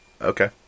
Okay